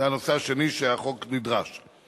זה הנושא השני שהחוק נדרש אליו.